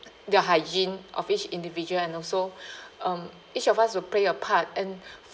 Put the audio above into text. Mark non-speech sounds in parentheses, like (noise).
the hygiene of each individual and also (breath) um each of us will play a part and